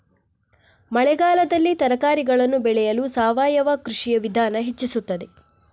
ಮಳೆಗಾಲದಲ್ಲಿ ತರಕಾರಿಗಳನ್ನು ಬೆಳೆಯಲು ಸಾವಯವ ಕೃಷಿಯ ವಿಧಾನ ಹೆಚ್ಚಿಸುತ್ತದೆ?